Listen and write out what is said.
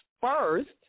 first